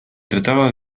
trataba